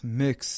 mix